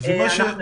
אנחנו